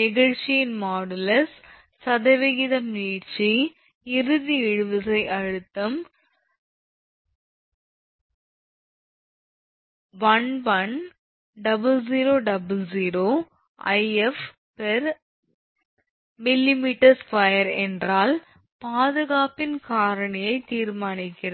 நெகிழ்ச்சியின் மாடுலஸ் ஈ சதவிகிதம் நீட்சி இ இறுதி இழுவிசை அழுத்தம் 110000 If𝑚𝑚2 என்றால் பாதுகாப்பின் காரணியை தீர்மானிக்கிறது